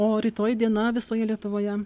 o rytoj diena visoje lietuvoje